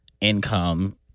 income